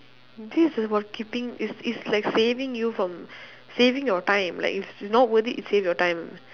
this is what keeping it's it's like saving you from saving your time like if she's not worth it save your time